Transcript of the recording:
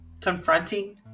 Confronting